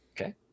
Okay